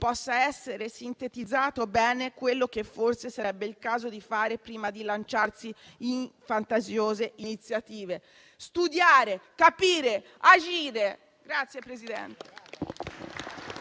possa essere sintetizzato bene quello che forse sarebbe il caso di fare prima di lanciarsi in fantasiose iniziative: studiare, capire e agire.